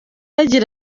yagize